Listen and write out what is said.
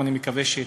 ואני מקווה שתתמכו.